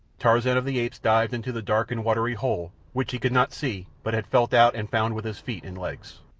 tarzan of the apes dived into the dark and watery hole which he could not see but had felt out and found with his feet and legs.